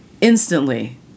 instantly